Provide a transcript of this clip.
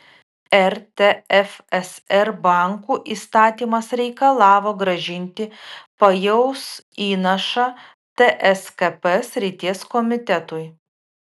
rtfsr bankų įstatymas reikalavo grąžinti pajaus įnašą tskp srities komitetui